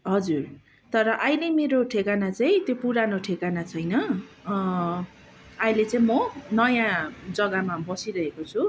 हजुर तर अहिले मेरो ठेगाना चाहिँ त्यो पुरानो ठेगाना छैन अहिले चाहिँ म नयाँ जग्गामा बसिरहेको छु